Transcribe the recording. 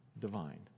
divine